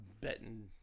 betting